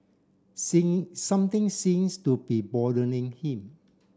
singing something seems to be bothering him